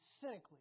cynically